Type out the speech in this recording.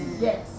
Yes